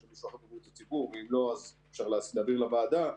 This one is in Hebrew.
שיש --- הציבור, אם לא, אז אפשר להעביר לוועדה.